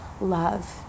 love